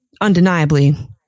undeniably